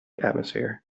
atmosphere